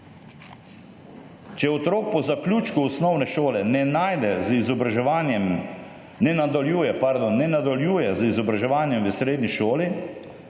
Če otrok po zaključku osnovne šole ne najde z izobraževanjem, ne nadaljuje, pardon, ne nadaljuje z izobraževanjem v srednji šoli,